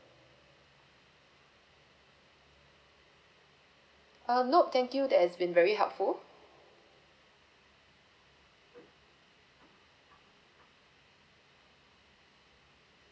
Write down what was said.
um nope thank you that has been very helpful